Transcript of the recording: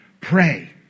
pray